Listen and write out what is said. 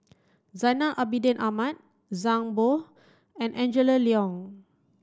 Zainal Abidin Ahmad Zhang Bohe and Angela Liong